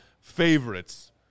favorites